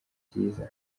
byiza